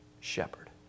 shepherd